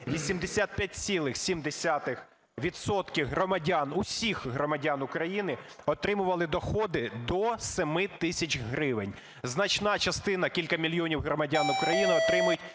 громадян, усіх громадян України отримували доходи до 7 тисяч гривень. Значна частина, кілька мільйонів громадян України, отримують